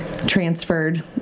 transferred